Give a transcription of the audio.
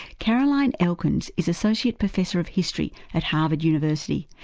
caroline elkins is associate professor of history at harvard university,